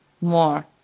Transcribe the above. more